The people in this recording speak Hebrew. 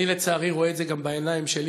אני, לצערי, רואה את זה גם בעיניים שלי.